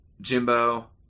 Jimbo